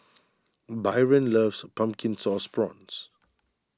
Byron loves Pumpkin Sauce Prawns